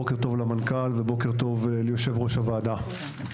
בוקר טוב למנכ"ל ובוקר טוב ליושב-ראש הוועדה.